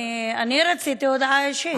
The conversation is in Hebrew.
רציתי הודעה אישית.